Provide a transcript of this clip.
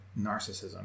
narcissism